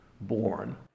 born